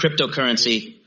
cryptocurrency